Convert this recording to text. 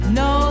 no